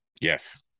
yes